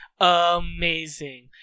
amazing